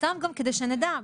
סתם גם כדי שנדע,